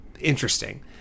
interesting